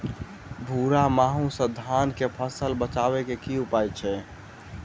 भूरा माहू सँ धान कऽ फसल बचाबै कऽ की उपाय छै?